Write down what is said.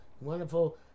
wonderful